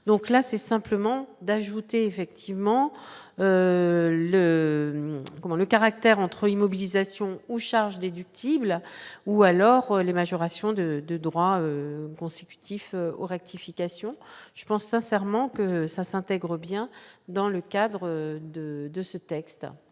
donc là c'est simplement d'ajouter effectivement le comment le caractère entre immobilisation ou charges déductibles ou alors les majorations de de droit consécutif aux rectifications je pense sincèrement que ça s'intègre bien dans le cadre de de ce texte,